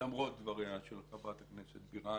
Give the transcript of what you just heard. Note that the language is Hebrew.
למרות דבריה של חברת הכנסת בירן.